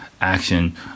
action